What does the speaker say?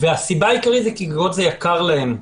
והסיבה העיקרית היא כי גגות זה יקר להם,